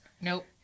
nope